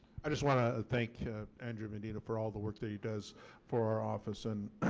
i just want to thank andrew medina for all the work that he does for our office and